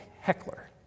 heckler